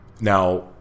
Now